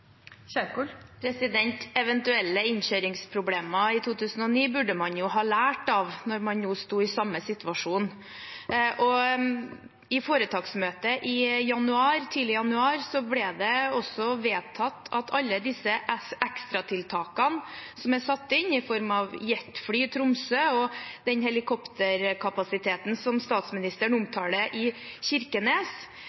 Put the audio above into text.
Eventuelle innkjøringsproblemer i 2009 burde man jo ha lært av når man nå sto i den samme situasjonen. I foretaksmøtet tidlig i januar ble alle disse ekstratiltakene som er satt inn, i form av jetfly i Tromsø og helikopterkapasiteten i Kirkenes, som statsministeren